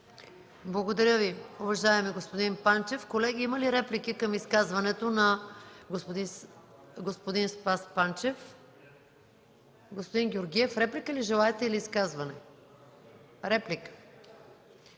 Благодаря Ви, уважаеми господин Панчев. Колеги, има ли реплики към изказването на господин Спас Панчев? Господин Георгиев, заповядайте за реплика.